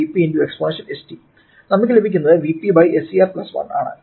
Vp × exponential ST നമുക്ക് ലഭിക്കുന്നത് Vp SCR 1 ആണ്